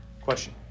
Question